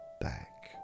back